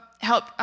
help